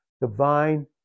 divine